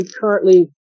currently